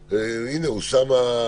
אוסאמה,